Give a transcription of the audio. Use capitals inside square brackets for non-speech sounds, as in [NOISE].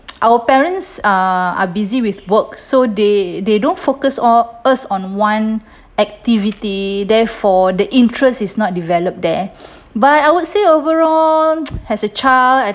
our parents are are busy with work so they they don't focus all us on one activity therefore the interest is not develop there but I would say overall [NOISE] as a child